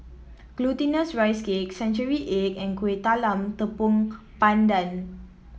Glutinous Rice Cake Century Egg and Kuih Talam Tepong Pandan